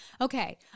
okay